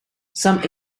some